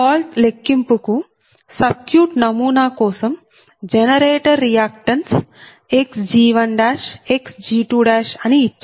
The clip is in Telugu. ఫాల్ట్ లెక్కింపు కు సర్క్యూట్ నమూనా కోసం జనరేటర్ రియాక్టన్స్ xg1 xg2 అని ఇచ్చారు